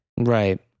Right